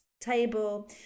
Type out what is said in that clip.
table